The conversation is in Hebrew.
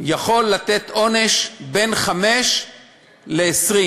יכול לתת עונש בין חמש ל-20.